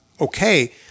okay